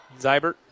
Zybert